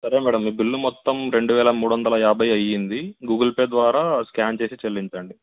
సరే మేడం మీ బిల్లు మొత్తం రెండువేల మూడొందల యాభై అయ్యింది గూగుల్పే ద్వారా స్కాన్ చేసి చెల్లించండి